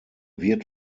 wird